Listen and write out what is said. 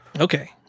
Okay